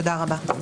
תודה רבה.